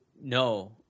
No